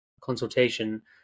consultation